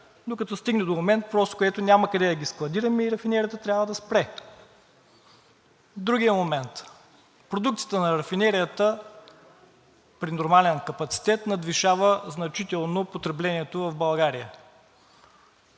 докато се стигне до момент, където няма къде да ги складираме и рафинерията трябва да спре. Другият момент – продукцията на рафинерията при нормален капацитет надвишава значително потреблението в България.